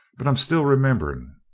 but i'm still remembering,